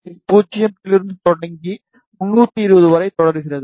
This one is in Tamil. இது 0 இலிருந்து தொடங்கி 320 to வரை செல்கிறது